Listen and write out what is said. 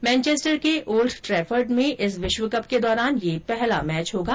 Manchester के Old Trafford में इस विश्वकप के दौरान यह पहला मैच होगा